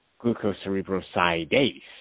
glucocerebrosidase